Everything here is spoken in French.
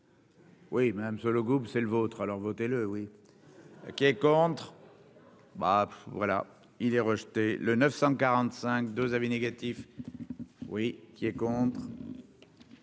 Oui, Madame Sollogoub, c'est le vôtre alors voter le oui qui est contre, voilà il est rejeté le 945 2 avis négatifs. Oui, qui est contre,